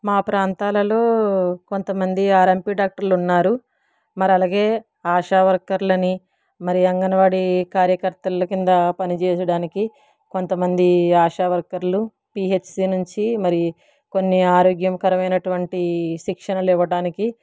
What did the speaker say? మా ప్రాంతాలలో కొంతమంది ఆర్ఎంపి డాక్టర్లు ఉన్నారు మరి అలాగే ఆశా వర్కర్లని మరి అంగన్వాడి కార్యకర్తల కింద పని చేసేడానికి కొంతమంది ఆశా వర్కర్లు పీహెచ్సి నుంచి మరి కొన్ని ఆరోగ్యకరమైనటువంటి శిక్షణలు ఇవ్వడానికి